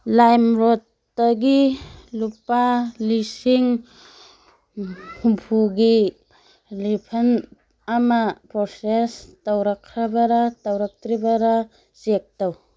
ꯂꯥꯏꯝ ꯔꯣꯠꯇꯒꯤ ꯂꯨꯄꯥ ꯂꯤꯁꯤꯡ ꯍꯨꯝꯐꯨꯒꯤ ꯔꯤꯐꯟ ꯑꯃ ꯄ꯭ꯔꯣꯁꯦꯁ ꯇꯧꯔꯛꯈ꯭ꯔꯕꯔꯥ ꯇꯧꯔꯛꯇ꯭ꯔꯤꯕꯔꯥ ꯆꯦꯛ ꯇꯧ